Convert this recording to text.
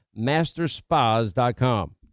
masterspas.com